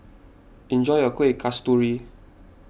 enjoy your Kuih Kasturi